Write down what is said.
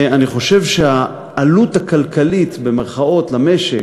אני חושב שהעלות הכלכלית למשק,